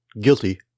Guilty